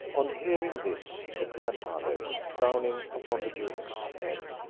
on hearing this, the grandmother, frowning upon the eunuch, said,